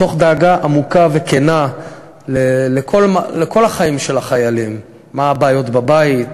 מתוך דאגה עמוקה וכנה לכל החיים של החיילים: מה הבעיות בבית?